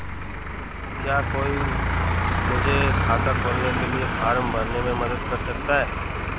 क्या कोई मुझे खाता खोलने के लिए फॉर्म भरने में मदद कर सकता है?